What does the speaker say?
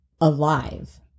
alive